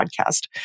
podcast